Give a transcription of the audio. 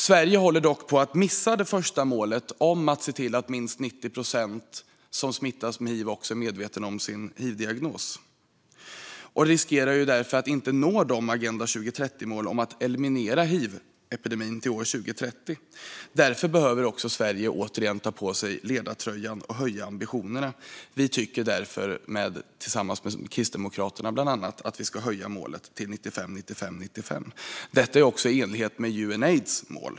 Sverige håller dock på att missa det första målet om att minst 90 procent av dem som smittas med hiv också ska vara medvetna om sin hivdiagnos och därför riskerar att inte nå Agenda 2030-målet om att eliminera hivepidemin till år 2030. Sverige behöver på nytt ta på sig ledartröjan och höja ambitionerna. Vi tycker tillsammans med bland andra Kristdemokraterna att vi ska höja målet till 95-95-95. Detta är också i enlighet med Unaids mål.